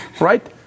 right